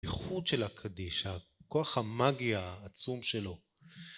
איכות של הקדיש, הכוח המאגי העצום שלו.